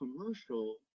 commercial